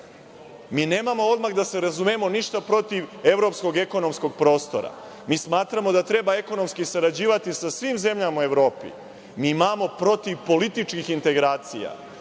EU.Mi nemamo, odmah da se razumemo, ništa protiv evropskog ekonomskog prostora. Mi smatramo da treba ekonomski sarađivati sa svim zemljama u Evropi. Mi imamo protiv političkih integracija.